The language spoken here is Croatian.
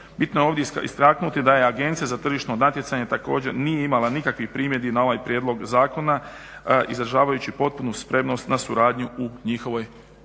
Bitno je ovdje istaknuti da AZTN također nije imala nikakvih primjedbi na ovaj prijedlog zakona, izražavajući potpunu spremnost na suradnju u njihovoj